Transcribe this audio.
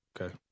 Okay